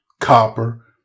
copper